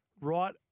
right